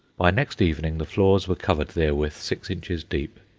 by next evening the floors were covered therewith six inches deep,